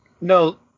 No